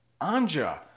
Anja